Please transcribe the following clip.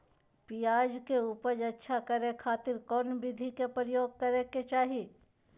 प्याज के उपज अच्छा करे खातिर कौन विधि के प्रयोग करे के चाही?